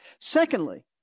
Secondly